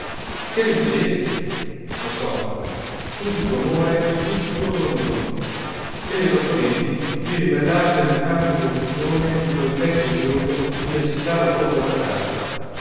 che le dicesti lo so tutto il tuo amore e tutto il tuo tormento e le proponesti di ribellarsi all'infame imposizione di quel vecchio odioso e di accettare la tua povertà